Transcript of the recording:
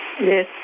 Yes